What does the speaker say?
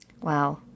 Wow